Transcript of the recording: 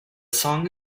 song